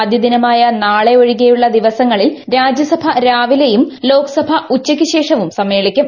ആദ്യ ദിനമായ നാളെ ഒഴികെയുള്ള ദിവസങ്ങളിൽ രാജ്യസഭ രാവിലെയും ലോക്സഭ ഉച്ചയ്ക്കു ശേഷവും സമ്മേളിക്കും